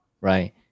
right